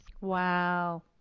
Wow